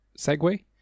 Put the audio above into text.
segway